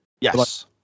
yes